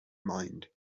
mind